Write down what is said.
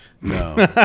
No